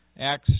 Acts